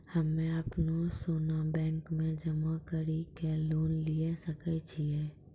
हम्मय अपनो सोना बैंक मे जमा कड़ी के लोन लिये सकय छियै?